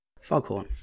Foghorn